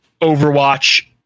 Overwatch